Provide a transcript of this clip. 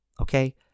Okay